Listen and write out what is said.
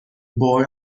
boy